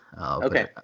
Okay